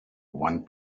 one